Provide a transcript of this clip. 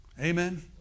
Amen